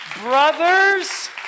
Brothers